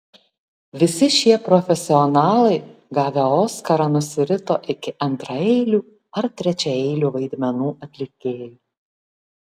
visi šie profesionalai gavę oskarą nusirito iki antraeilių ar trečiaeilių vaidmenų atlikėjų